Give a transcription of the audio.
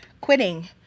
quitting